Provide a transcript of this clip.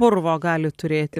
purvo gali turėti